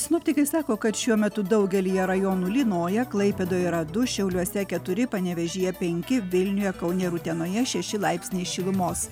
sinoptikai sako kad šiuo metu daugelyje rajonų lynoja klaipėdoje yra du šiauliuose keturi panevėžyje penki vilniuje kaune ir utenoje šeši laipsniai šilumos